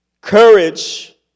Courage